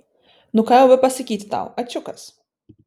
nu jau ką bepasakyti tau ačiukas